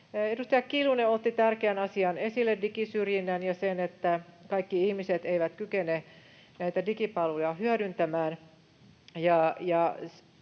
Edustaja Kiljunen otti esille tärkeän asian: digisyrjinnän ja sen, että kaikki ihmiset eivät kykene näitä digipalveluja hyödyntämään.